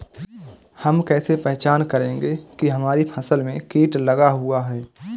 हम कैसे पहचान करेंगे की हमारी फसल में कीट लगा हुआ है?